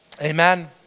Amen